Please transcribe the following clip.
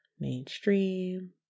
Mainstream